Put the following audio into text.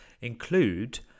include